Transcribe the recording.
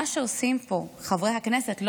מה שעושים פה חברי הכנסת,